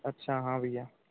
अच्छा हाँ भैया